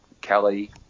Kelly